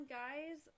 guys